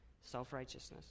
Self-righteousness